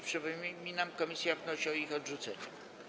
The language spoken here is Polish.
Przypominam, że komisja wnosi o ich odrzucenie.